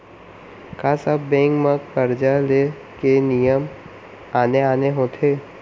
का सब बैंक म करजा ले के नियम आने आने होथे?